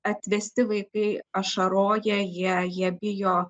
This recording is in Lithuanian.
atvesti vaikai ašaroja jie jie bijo